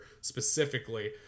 specifically